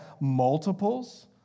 multiples